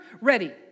ready